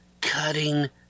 cutting